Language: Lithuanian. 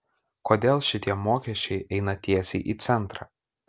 kodėl šitie mokesčiai eina tiesiai į centrą